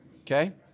Okay